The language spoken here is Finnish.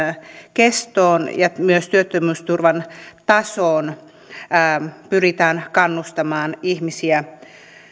kestoon ja myös työttömyysturvan tasoon kajoamalla pyritään kannustamaan ihmisiä